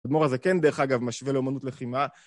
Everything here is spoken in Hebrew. האדמו"ר הזקן דרך אגב משווה לאומנות לחימה.